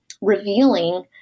revealing